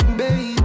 baby